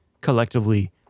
collectively